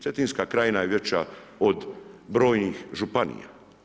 Cetinska Krajina je veća od brojnih županija.